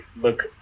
look